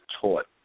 taught